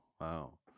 Wow